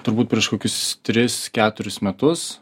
turbūt prieš kokius tris keturis metus